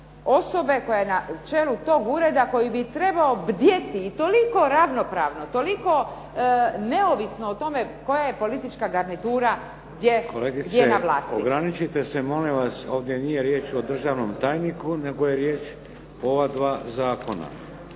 osobe koja je na čelu tog ureda koji bi trebao bdjeti i toliko ravnopravno, toliko neovisno o tome koja je politička garnitura gdje na vlasti. **Šeks, Vladimir (HDZ)** Kolegice ograničite se molim vas! Ovdje nije riječ o državnom tajniku nego je riječ o ova dva zakona.